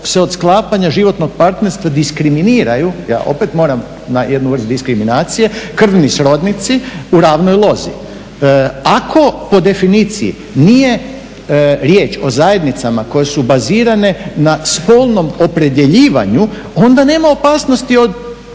se od sklapanja životnog partnerstva diskriminiraju, ja opet moram na jednu vrst diskriminacije, krvni srodnici u ravnoj lozi, ako po definiciji nije riječ o zajednicama koje su bazirane na spolnom opredjeljivanju onda nema opasnost od